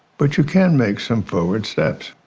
but you can make some forward steps.